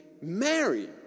married